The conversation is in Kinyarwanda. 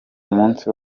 munsi